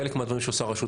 חלק מהדברים שעושה רשות